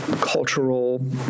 cultural